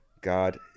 God